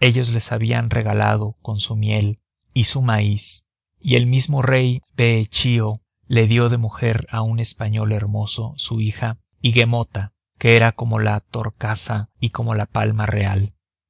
ellos les habían regalado con su miel y su maíz y el mismo rey behechío le dio de mujer a un español hermoso su hija higuemota que era como la torcaza y como la palma real